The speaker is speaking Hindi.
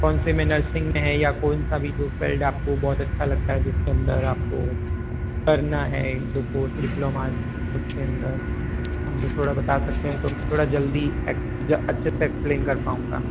कौन से में नर्सिंग में है या कोई सा भी जो आपको जो फील्ड आपको बहुत अच्छा लगता है जिसके अन्दर आपको करना है सपोज़ डिप्लोमा उसके अन्दर हमें थोड़ा बता सकते है मैं थोड़ा जल्दी अच्छे से एक्सप्लेन कर पाऊँगा